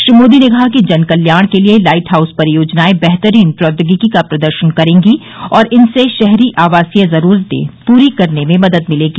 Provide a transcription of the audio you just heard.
श्री मोदी ने कहा कि जनकल्याण के लिए लाइट हाउस परियोजनाएं बेहतरीन प्रौद्योगिकी का प्रदर्शन करेंगी और इनसे शहरी आवासीयजरूरतें पूरी करने में मदद मिलेगी